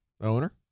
Owner